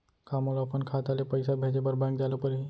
का मोला अपन खाता ले पइसा भेजे बर बैंक जाय ल परही?